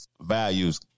Values